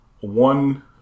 one